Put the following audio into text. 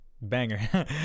Banger